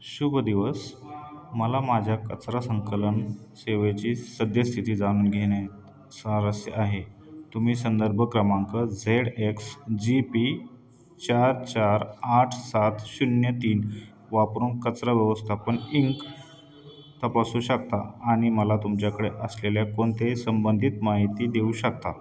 शुभ दिवस मला माझ्या कचरा संकलन सेवेची सद्यस्थिती जाणून घेण्यात स्वारस्य आहे तुम्ही संदर्भ क्रमांक झेड एक्स जी पी चार चार आठ सात शून्य तीन वापरून कचरा व्यवस्थापन इंक तपासू शकता आनि मला तुमच्याकडे असलेली कोणतीही संबंधित माहिती देऊ शकता